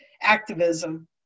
activism